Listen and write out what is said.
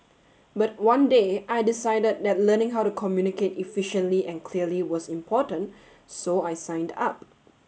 but one day I decided that learning how to communicate efficiently and clearly was important so I signed up